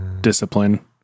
discipline